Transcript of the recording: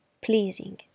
pleasing